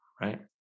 Right